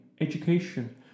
education